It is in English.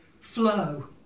flow